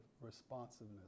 responsiveness